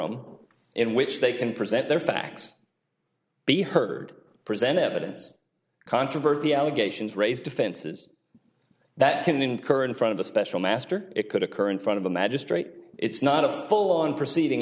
him in which they can present there are facts be heard present evidence controversy allegations raised defenses that can incur in front of a special master it could occur in front of a magistrate it's not a full on proceeding